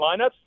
lineups